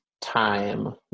time